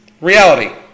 Reality